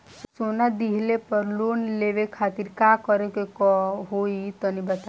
सोना दिहले पर लोन लेवे खातिर का करे क होई तनि बताई?